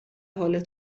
حال